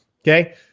Okay